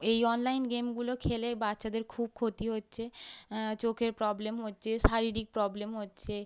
এই অনলাইন গেমগুলো খেলে বাচ্চাদের খুব ক্ষতি হচ্ছে চোখের প্রবলেম হচ্ছে শারীরিক প্রবলেম হচ্ছে